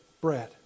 bread